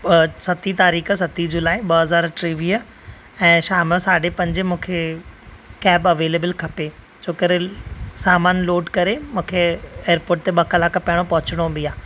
सतीं तारीख़ सतीं जुलाई ॿ हज़ार टेवीह ऐं शाम जो साढे पंजे मूंखे कैब अवेलेबल खपे छो करे सामान लोड करे मूंखे एयरपोट ते ॿ कलाक पहिरों पहुचणो बि आहे